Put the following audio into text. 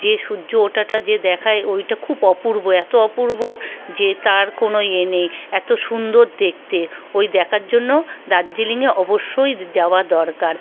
যে সূর্য ওঠাটা যে দেখায় ওইটা খুব অপূর্ব এত অপূর্ব যে তার কোনো এ নেই এত সুন্দর দেখতে ওই দেখার জন্য দার্জিলিংয়ে অবশ্যই যাযাওয়া দরকার